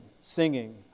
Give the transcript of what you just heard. singing